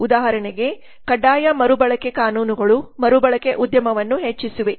ಉದಾಹರಣೆಗೆ ಕಡ್ಡಾಯ ಮರುಬಳಕೆ ಕಾನೂನುಗಳು ಮರುಬಳಕೆ ಉದ್ಯಮವನ್ನು ಹೆಚ್ಚಿಸಿವೆ